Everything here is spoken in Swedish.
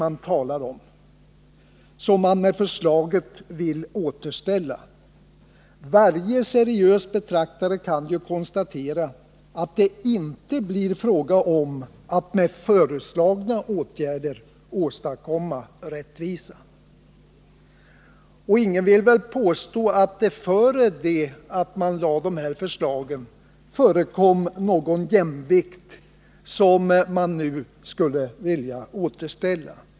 man talar om, som man med förslaget vill återställa? Varje seriös betraktare kan ju konstatera att det inte blir fråga om att med föreslagna åtgärder åstadkomma rättvisa. Ingen vill väl påstå att det innan man lade de här förslagen förekom någon jämvikt som man nu skulle återställa.